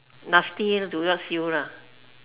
nasty towards you lah